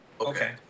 Okay